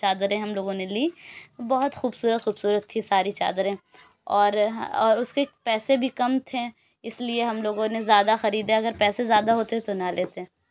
چادریں ہم لوگوں نے لیں بہت خوبصورت خوبصورت تھی ساری چادریں اور اور اس کے پیسے بھی کم تھے اس لیے ہم لوگوں نے زیادہ خریدا اگر پیسے زیادہ ہوتے تو نہ لیتے